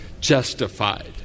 Justified